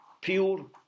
pure